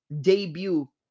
debut